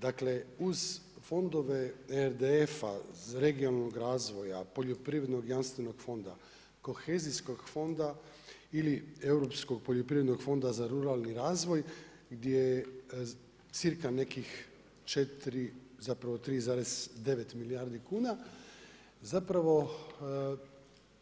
Dakle, uz fondove RDF-a, regionalnog razvoja, poljoprivrednog jamstvenog fonda, kohezijskog fonda ili europskog poljoprivrednog fonda, za ruralni razvoj, gdje je cirka nekih 4, zapravo, 3,9 milijardi kuna, zapravo,